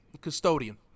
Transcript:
custodian